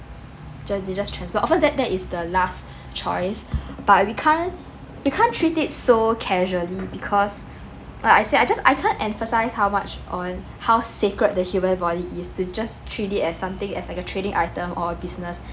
just they just transfer of course that that is the last choice but we can't we can't treat it so casually because like I said I just I can't emphasise how much or how sacred the human body is to just treat it as something as like a trading item or a business